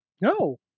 No